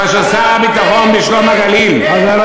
כאשר שר הביטחון ב"שלום הגליל" כן, כן.